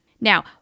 Now